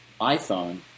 iPhone